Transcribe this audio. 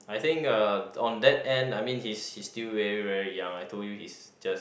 I think uh on that end I mean he's he's still very very young I told you he's just